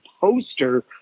poster